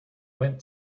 went